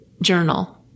journal